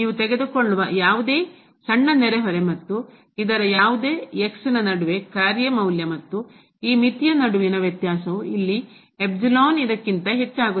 ನೀವು ತೆಗೆದುಕೊಳ್ಳುವ ಯಾವುದೇ ಸಣ್ಣ ನೆರೆಹೊರೆ ಮತ್ತು ಇದರಯಾವುದೇ ನಡುವೆ ಕಾರ್ಯ ಮೌಲ್ಯ ಮತ್ತು ಈ ಮಿತಿಯ ನಡುವಿನ ವ್ಯತ್ಯಾಸವು ಇಲ್ಲಿ ಇದಕ್ಕಿಂತ ಹೆಚ್ಚಾಗುತ್ತದೆ